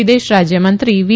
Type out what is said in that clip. વિદેશ રાજ્યમંત્રી વી